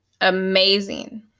amazing